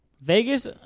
Vegas